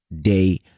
day